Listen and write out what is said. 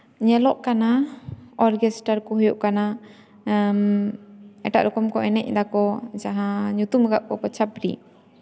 ᱧᱮᱞᱚᱜ ᱠᱟᱱᱟ ᱚᱨᱜᱮᱥᱴᱟᱨ ᱠᱚ ᱦᱩᱭᱩᱜ ᱠᱟᱱᱟ ᱮᱴᱟᱜ ᱨᱚᱠᱚᱢ ᱠᱚ ᱮᱱᱮᱡ ᱮᱫᱟᱠᱚ ᱡᱟᱦᱟᱸ ᱧᱩᱛᱩᱢ ᱟᱠᱟᱫ ᱠᱚᱣᱟ ᱠᱚ ᱪᱷᱟᱯᱨᱤ